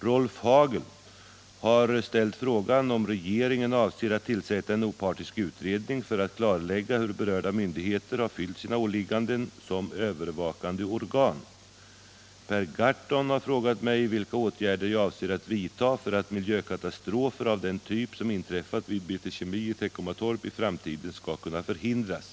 Rolf Hagel har ställt frågan om regeringen avser att tillsätta en opartisk utredning för att klarlägga hur berörda myndigheter har fyllt sina åligganden som övervakande organ. Per Gahrton har frågat mig vilka åtgärder jag avser att vidta för att — Nr 7 miljökatastrofer av den typ som inträffat vid BT Kemi i Teckomatorp Torsdagen den i framtiden skall kunna förhindras.